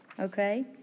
Okay